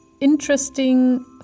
interesting